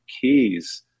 keys